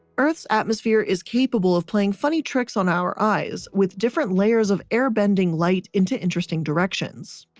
earth's atmosphere is capable of playing funny tricks on our eyes with different layers of air bending light into interesting directions.